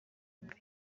mibi